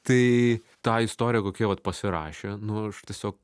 tai ta istorija kokia vat pasirašė nu aš tiesiog